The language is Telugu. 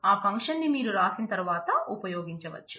ఆ ఫంక్షన్ ని మీరు రాసిన తరువాత ఉపయోగించవచ్చు